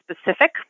specific